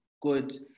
good